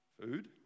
Food